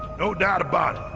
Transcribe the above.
no doubt about it.